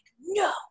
no